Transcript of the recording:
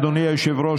אדוני היושב-ראש,